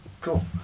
Cool